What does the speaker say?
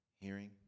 hearing